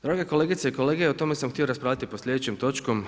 Drage kolegice i kolege o tome sam htio raspravljati pod sljedećom točkom.